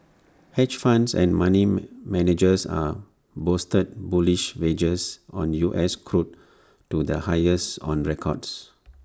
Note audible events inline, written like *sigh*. hedge funds and money *unintelligible* managers A boosted bullish wagers on U S crude to the highest on records